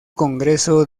congreso